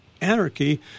anarchy